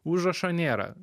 užrašo nėra